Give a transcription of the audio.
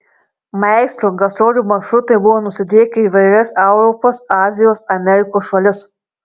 maestro gastrolių maršrutai buvo nusidriekę į įvairias europos azijos amerikos šalis